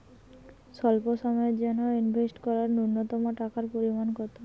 স্বল্প সময়ের জন্য ইনভেস্ট করার নূন্যতম টাকার পরিমাণ কত?